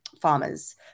farmers